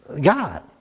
God